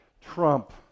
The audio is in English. trump